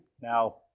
now